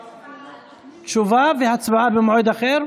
תשובה והצבעה במועד אחר.